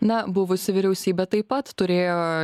na buvusi vyriausybė taip pat turėjo